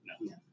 No